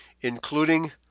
including